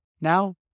Now